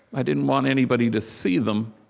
i didn't want anybody to see them.